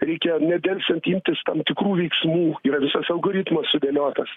reikia nedelsiant imtis tam tikrų veiksmų yra visas algoritmas sudėliotas